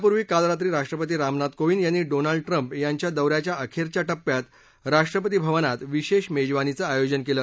त्यापूर्वी काल रात्री राष्ट्रपती रामनाथ कोविंद यांनी डोनाल्ड ट्रंप यांच्या दौऱ्याच्या अखेरच्या टप्प्यात राष्ट्रपती भवनात विशेष मेजवानीचं आयोजन केलं